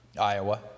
Iowa